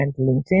LinkedIn